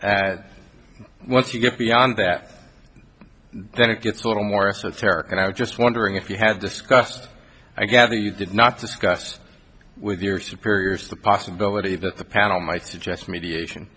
once you get beyond that then it gets a little more esoteric and i was just wondering if you had discussed i gather you did not discuss with your superiors the possibility that the panel might suggest mediation